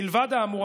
מלבד האמור,